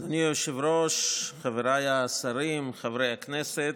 אדוני היושב-ראש, חבריי השרים, חברי הכנסת.